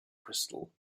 crystal